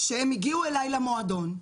הם הגיעו אליי למועדון,